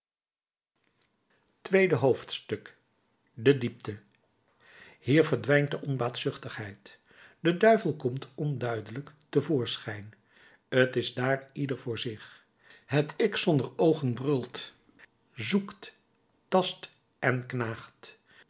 tweede hoofdstuk de diepte hier verdwijnt de onbaatzuchtigheid de duivel komt onduidelijk te voorschijn t is daar ieder voor zich het ik zonder oogen brult zoekt tast en knaagt